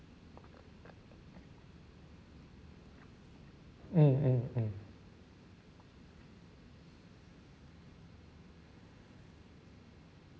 mm mm mm